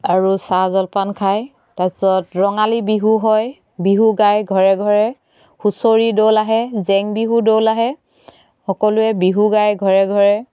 আৰু চাহ জলপান খায় তাৰপিছত ৰঙালী বিহু হয় বিহু গায় ঘৰে ঘৰে হুঁচৰি দল আহে জেং বিহু দল আহে সকলোৱে বিহু গায় ঘৰে ঘৰে